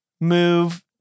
move